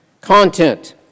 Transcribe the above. content